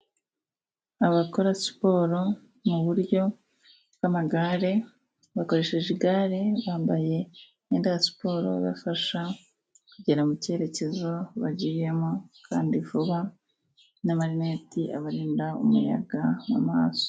Abakora siporo mu buryo bw'amagare, bakoresheje igare bambaye imyenda ya siporo ibafasha kugera mu cyerekezo bagiyemo kandi vuba n'amarineti abarinda umuyaga mu maso.